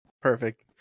perfect